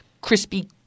crispy